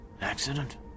Accident